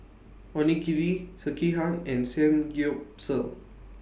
Onigiri Sekihan and Samgyeopsal